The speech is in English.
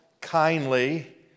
kindly